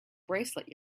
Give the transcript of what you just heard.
bracelet